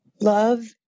Love